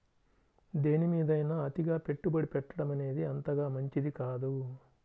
దేనిమీదైనా అతిగా పెట్టుబడి పెట్టడమనేది అంతగా మంచిది కాదు